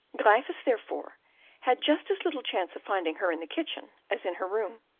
gryphus therefore had just as little chance of finding her in the kitchen as in her room,